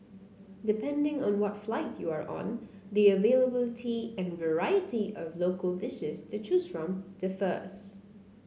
depending on what flight you are on the availability and variety of local dishes to choose from differs